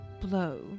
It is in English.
blow